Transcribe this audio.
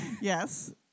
Yes